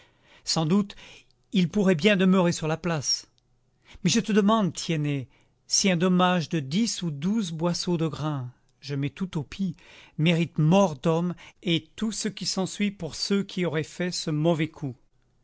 sans doute il pourrait bien demeurer sur la place mais je te demande tiennet si un dommage de dix ou douze boisseaux de grain je mets tout au pis mérite mort d'homme et tout ce qui s'ensuit pour ceux qui auraient fait ce mauvais coup